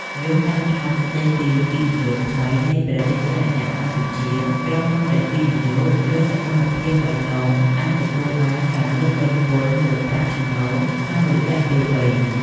យោងតាមច្បាប់ស្ដីពីវិនិយោគថ្មីនៃព្រះរាជាណាចក្រកម្ពុជា ក្រុមហ៊ុនដែលវិនិយោគលើសកម្មភាពបៃតងអាចទទួលបានការលើកលែងពន្ធលើប្រាក់ចំណូលក្នុងរយៈពេលវែង។